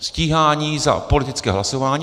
Stíhání za politické hlasování.